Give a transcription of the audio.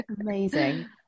amazing